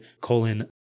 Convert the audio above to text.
colon